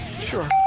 Sure